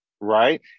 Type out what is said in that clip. right